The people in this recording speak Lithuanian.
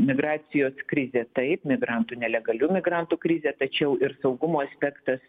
migracijos krizė taip migrantų nelegalių migrantų krizė tačiau ir saugumo aspektas